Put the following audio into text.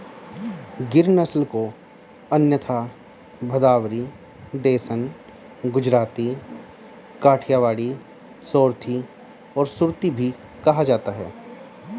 गिर नस्ल को अन्यथा भदावरी, देसन, गुजराती, काठियावाड़ी, सोरथी और सुरती कहा जाता है